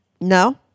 No